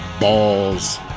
balls